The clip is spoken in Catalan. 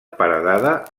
paredada